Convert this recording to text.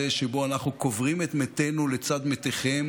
שבו אנחנו קוברים את מתינו לצד מתיכם,